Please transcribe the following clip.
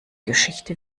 geschichte